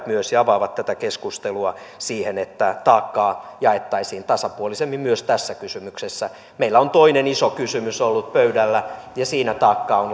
myös tätä keskustelua ja avaavat sitä siihen että taakkaa jaettaisiin tasapuolisemmin myös tässä kysymyksessä meillä on toinen iso kysymys ollut pöydällä ja siinä on